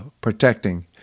protecting